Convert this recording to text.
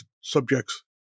subjects